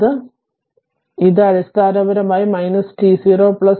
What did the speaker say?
അതിനാൽ ഇത് അടിസ്ഥാനപരമായി t0 t0 1